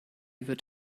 wird